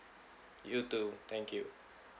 you too thank you